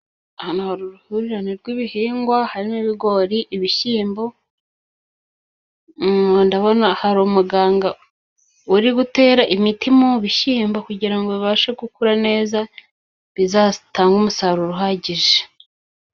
Hano hari uruhurirane rw'ibihingwa harimo ibigori, ibishyimbo , ndabona hari umuganga uri gutera imiti mu bishyimbo kugira ngo bibashe gukura neza, bizatange umusaruro uhagije.